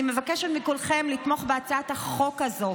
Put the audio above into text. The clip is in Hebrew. אני מבקשת מכולכם לתמוך בהצעת החוק הזו,